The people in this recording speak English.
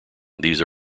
these